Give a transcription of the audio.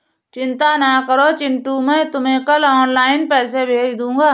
चिंता ना करो चिंटू मैं तुम्हें कल ऑनलाइन पैसे भेज दूंगा